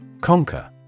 Conquer